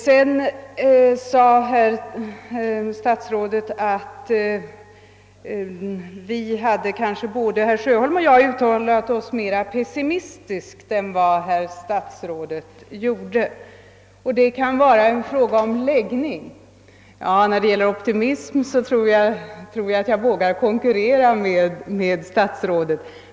Sedan sade herr statsrådet att både herr Sjöholm och jag uttalat oss mera pessimistiskt än vad herr statsrådet gjorde och att det kan vara en fråga om läggning. Ja, när det gäller optimism tror jag att jag vågar konkurrera med herr statsrådet.